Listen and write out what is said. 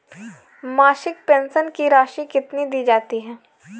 मासिक पेंशन की राशि कितनी दी जाती है?